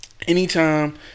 Anytime